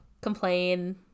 complain